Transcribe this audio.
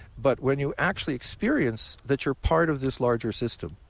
but when you actually experience that you're part of this larger system,